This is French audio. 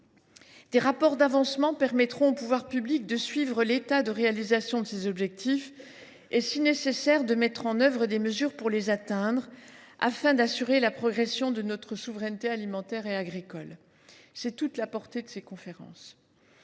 Des rapports d’avancement permettront aux pouvoirs publics de suivre l’état de réalisation de ces objectifs et, si nécessaire, de mettre en œuvre des mesures pour les atteindre afin d’assurer la progression de notre souveraineté alimentaire et agricole. C’est toute la portée de ces conférences.